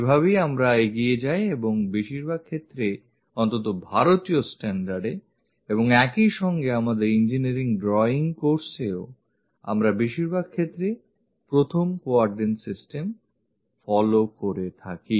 এভাবেই আমরা এগিয়ে যাই ও বেশিরভাগ ক্ষেত্রে অন্তত ভারতীয় স্ট্যান্ডার্ডেstandard এ এবং একইসঙ্গে আমাদের ইঞ্জিনিয়ারিং ড্রয়িং কোর্সে এ আমরা বেশিরভাগ ক্ষেত্রে প্রথম কোয়াড্রেন্ট সিস্টেম অনুসরণ করে থাকি